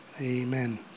Amen